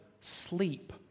sleep